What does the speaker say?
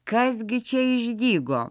kas gi čia išdygo